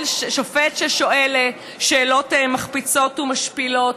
שופט ששואל שאלות מחפיצות ומשפילות,